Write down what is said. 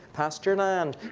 pastureland.